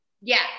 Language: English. yes